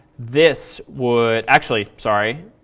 this would actually, sorry.